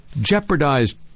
jeopardized